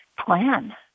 plan